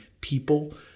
people